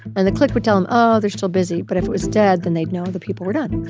and the click would tell them oh, they're still busy. but if it was dead, then they'd know the people were done.